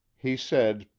he said,